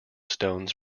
stones